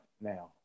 now